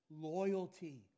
loyalty